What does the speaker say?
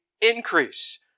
increase